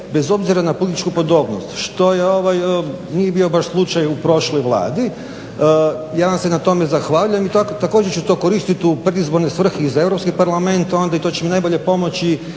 bez obzira na političku podobnost što nije baš bio slučaj u prošloj Vladi. Ja vam se na tome zahvaljujem i također ću to koristit u predizborne svrhe i za Europski parlament i to će mi najbolje pomoći